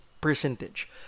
percentage